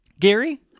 Gary